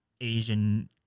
Asian